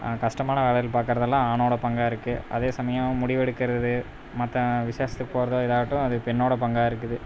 கஷ்டமான வேலைகள் பார்க்குறதெல்லாம் ஆணோடய பங்காக இருக்குது அதே சமயம் முடிவெடுக்கிறது மற்ற விசேஷத்துக்கு போகிறதோ எதாகட்டும் அது பெண்ணோடய பங்காகருக்குது